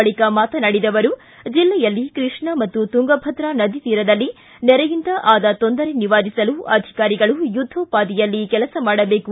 ಬಳಿಕ ಮಾತನಾಡಿದ ಅವರು ಜಿಲ್ಲೆಯಲ್ಲಿ ಕೃಷ್ಣ ಮತ್ತು ತುಂಗಭದ್ರಾ ನದಿ ತೀರದಲ್ಲಿ ನೆರೆಯಿಂದ ಆದ ತೊಂದರೆ ನಿವಾರಿಸಲು ಅಧಿಕಾರಿಗಳ ಯುದ್ಧೋಪಾದಿಯಲ್ಲಿ ಕೆಲಸ ಮಾಡಬೇಕು